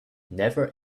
never